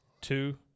two